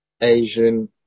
Asian